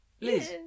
Liz